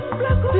black